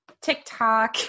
TikTok